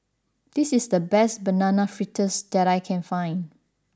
this is the best banana fritters that I can find